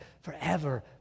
forever